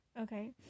Okay